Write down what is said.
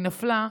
והיא נפלה,